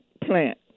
plant